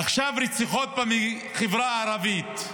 עכשיו יש רציחות בחברה הערבית,